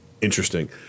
interesting